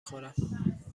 خورم